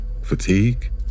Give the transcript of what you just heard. Fatigue